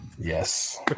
Yes